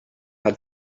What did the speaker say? had